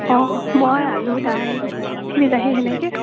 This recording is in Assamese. অঁ মই আলু দাইল বিলাহী সেনেকৈ